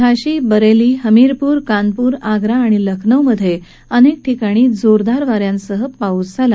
झाशी बरेली हमिरपूर कानपूर आग्रा आणि लखनौमधे अनेक ठिकाणी जोरदार वा यासह पाऊस झाला